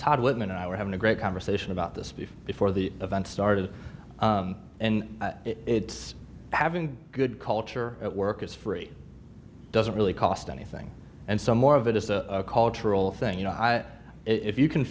todd whitman and i were having a great conversation about this beef before the event started and it's having a good culture at work is free doesn't really cost anything and some more of it is a cultural thing you know i if you can